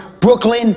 brooklyn